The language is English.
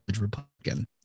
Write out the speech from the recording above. Republican